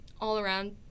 all-around